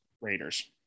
Raiders